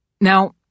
Now